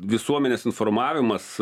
visuomenės informavimas